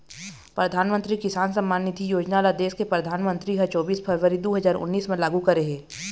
परधानमंतरी किसान सम्मान निधि योजना ल देस के परधानमंतरी ह चोबीस फरवरी दू हजार उन्नीस म लागू करे हे